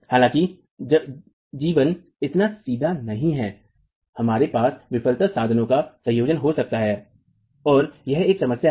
हालाँकि जीवन इतना सीधा नहीं है हमारे पास विफलता साधनों का संयोजन हो सकता है और यह एक समस्या है